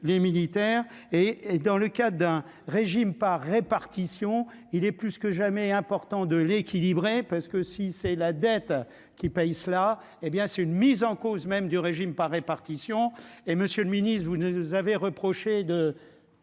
les militaires et dans le cas d'un régime par répartition, il est plus que jamais important de l'parce que si c'est la dette qui paye cela hé bien c'est une mise en cause même du régime par répartition et Monsieur le Ministre, vous nous avez reproché de